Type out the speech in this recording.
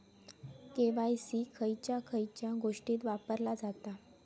KYC खयच्या खयच्या गोष्टीत वापरला जाता?